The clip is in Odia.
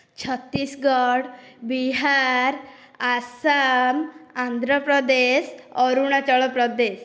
ଛତିଶଗଡ଼ ବିହାର ଆଶାମ ଆନ୍ଧ୍ରପ୍ରଦେଶ ଅରୁଣାଚଳ ପ୍ରଦେଶ